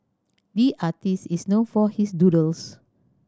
the artist is known for his doodles